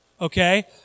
okay